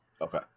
Okay